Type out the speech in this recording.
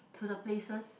to the places